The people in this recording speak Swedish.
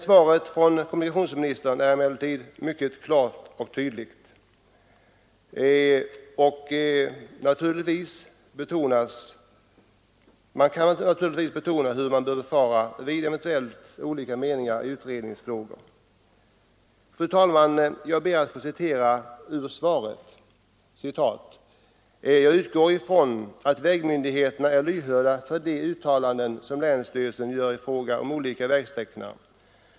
Svaret från kommunikationsministern är emellertid mycket klart och tydligt. Naturligtvis betonas hur man bör förfara vid eventuellt olika meningar i utredningsfrågor. Fru talman! Jag ber att få citera ur svaret: ”Jag utgår ifrån att vägmyndigheterna är lyhörda för de uttalanden som länsstyrelsen gör i fråga om olika vägsträckningar.